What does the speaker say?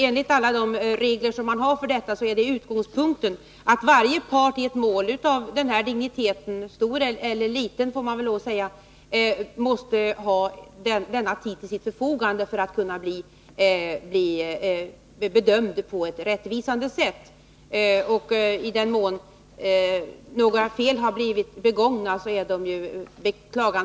Enligt de regler som finns är utgångspunkten att varje part i ett mål av den här digniteten — stort eller litet, får man väl lov att säga — måste ha tid till sitt förfogande för att kunna bli bedömd på ett rättvisande sätt. I den mån några fel har blivit begångna är det beklagligt.